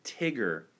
Tigger